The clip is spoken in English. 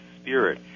spirit